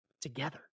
together